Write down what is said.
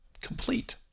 complete